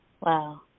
Wow